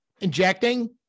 injecting